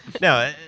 no